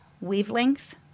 wavelength